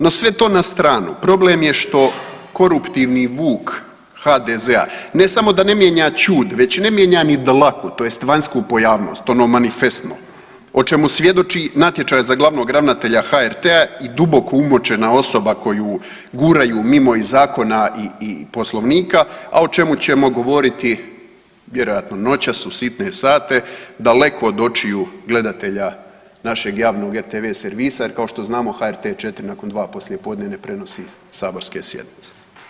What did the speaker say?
No sve to na stranu, problem je što koruptivni vuk HDZ-a ne samo da ne mijenja ćud, već ne mijenja ni dlaku tj. vanjsku pojavnost ono manifestno o čemu svjedoči natječaj za glavnog ravnatelja HRT-a i duboko umočena osoba koju guraju mimo i zakona i poslovnika, a o čemu ćemo govoriti vjerojatno noćas u sitne sate daleko od očiju gledatelja našeg javnog RTV servisa jer kao što znamo HRT 4 nakon dva poslijepodne ne prenosi saborske sjednice.